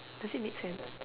does it make sense